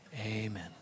Amen